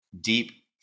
deep